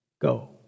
go